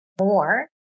more